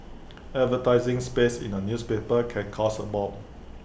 advertising space in A newspaper can cost A bomb